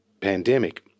pandemic